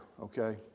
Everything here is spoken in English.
Okay